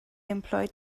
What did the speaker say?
employed